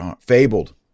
Fabled